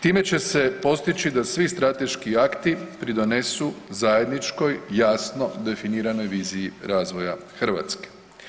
Time će se postići da svi strateški akti pridonesu zajedničkoj jasno definiranoj viziji razvoja Hrvatske.